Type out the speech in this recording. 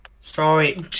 Sorry